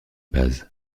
paz